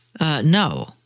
no